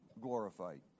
glorified